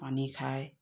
পানী খায়